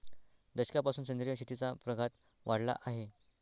दशकापासून सेंद्रिय शेतीचा प्रघात वाढला आहे